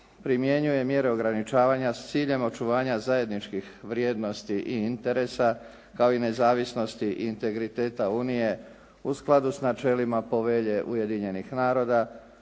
primjenjuje mjere ograničavanja s ciljem očuvanja zajedničkih vrijednosti i interesa kao i nezavisnosti i integriteta Unije u skladu s načelima Povelje Ujedinjenih naroda,